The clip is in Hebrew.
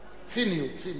ציניות, ציניות.